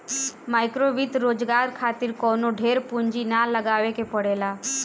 माइक्रोवित्त रोजगार खातिर कवनो ढेर पूंजी ना लगावे के पड़ेला